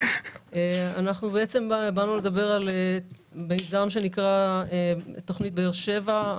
אנחנו באנו לדבר על מיזם שנקרא תכנית באר שבע.